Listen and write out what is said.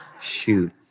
Shoot